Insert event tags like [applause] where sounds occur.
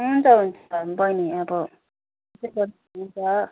हुन्छ हुन्छ बहिनी अब [unintelligible] हुन्छ